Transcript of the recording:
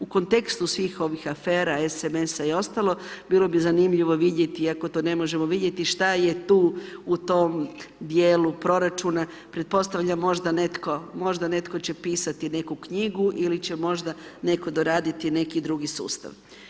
U kontekstu svih ovih afera SMS i ostalo, bilo bi zanimljivo vidjeti iako to ne možemo vidjeti, šta je tu u tom djelu proračuna, pretpostavljam možda netko će pisati neku knjigu ili će možda netko doraditi neki drugi sustav.